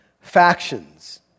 factions